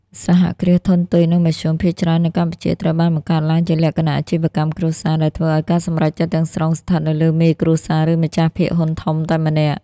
សហគ្រាសធុនតូច និងមធ្យម ភាគច្រើននៅកម្ពុជាត្រូវបានបង្កើតឡើងជាលក្ខណៈអាជីវកម្មគ្រួសារ ដែលធ្វើឱ្យការសម្រេចចិត្តទាំងស្រុងស្ថិតនៅលើមេគ្រួសារ ឬម្ចាស់ភាគហ៊ុនធំតែម្នាក់។